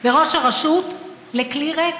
בראש הרשות, לכלי ריק.